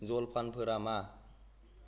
जालापेन'फोरा मा